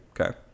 Okay